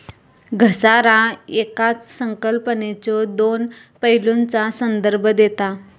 घसारा येकाच संकल्पनेच्यो दोन पैलूंचा संदर्भ देता